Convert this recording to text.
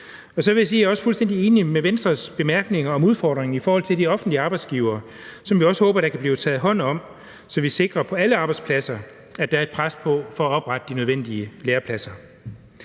jeg også er fuldstændig enig i Venstres bemærkninger om udfordringen i forhold til de offentlige arbejdsgivere. Det håber vi også at der kan blive taget hånd om, så vi sikrer, at der på alle arbejdspladser er et pres for at oprette de nødvendige lærepladser.